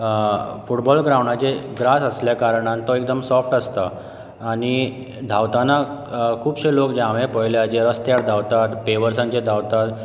football ग्रांवडाचेर grass आसल्या कारणान तो एकदम सोफ्ट आसता आनी धांवताना खुबशें लोक जे हांवें पळयल्यात जे रसत्यार धांवतात पेवर्साचेर धांवतात